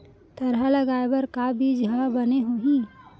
थरहा लगाए बर का बीज हा बने होही?